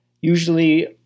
Usually